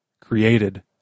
created